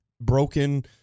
broken